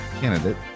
candidate